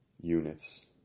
units